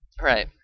Right